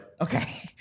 Okay